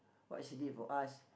what she did for us